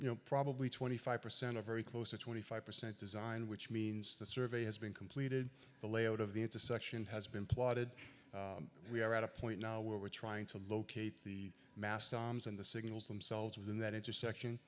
you know probably twenty five percent of very close to twenty five percent design which means the survey has been completed the layout of the intersection has been plotted we are at a point now where we're trying to locate the mast oms and the signals themselves within that intersection